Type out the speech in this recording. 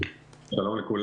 שלום לכולם.